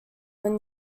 win